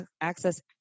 access